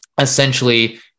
essentially